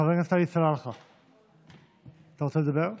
חבר הכנסת עלי סלאלחה, אתה רוצה לדבר?